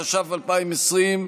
התש"ף 2020,